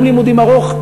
יום לימודים ארוך,